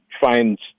find